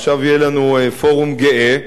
עכשיו יהיה לנו פורום גאה.